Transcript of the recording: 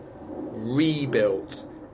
rebuilt